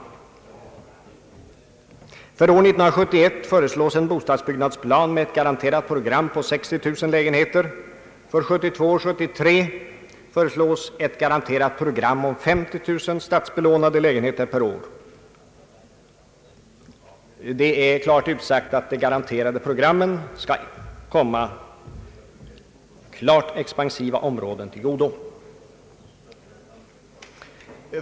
För år 1971 föreslås en bostadsbyggnadsplan med ett garanterat program på 60 000 lägenheter. För 1972 och 1973 föreslås ett garanterat bostadsprogram på 50 000 statsbelånade lägenheter per år. Det är klart utsagt att de garanterade programmen skall komma klart expansiva områden till godo.